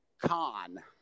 con